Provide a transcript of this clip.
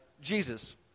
Jesus